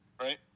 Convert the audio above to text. Right